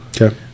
Okay